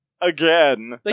Again